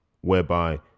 whereby